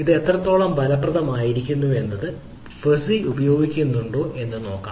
ഇത് എത്രത്തോളം ഫലപ്രദമായിരുന്നു എന്നത് ഫസ്സി ഉപയോഗിക്കുന്നുണ്ടോ എന്ന് നോക്കാം